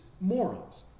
morons